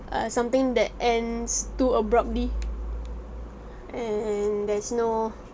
uh something that ends too abruptly and there's no